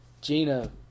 Gina